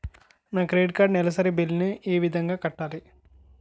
నా credit card నెలసరి bill ని ఏ విధంగా కట్టాలి?